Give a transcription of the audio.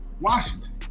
Washington